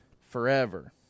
forever